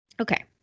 Okay